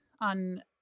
on